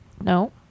No